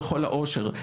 בכל האושר,